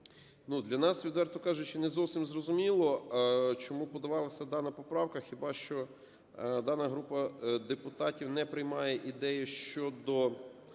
Для нас, відверто кажучи, не зовсім зрозуміло, чому подавалася дана поправка. Хіба що дана група депутатів не приймає ідею щодо